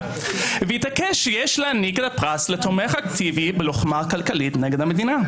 -- והתעקש שיש להעניק את הפרס לתומך אקטיבי בלוחמה כלכלית נגד המדינה.